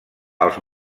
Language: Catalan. els